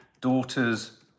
daughter's